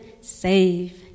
save